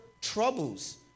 troubles